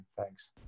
Thanks